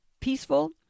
peaceful